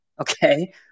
okay